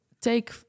take